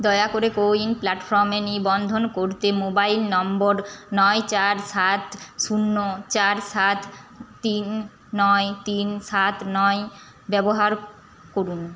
দয়া করে CoWIN প্ল্যাটফর্মে নিবন্ধন করতে মোবাইল নম্বর নয় চার সাত শূন্য চার সাত তিন নয় তিন সাত নয় ব্যবহার করুন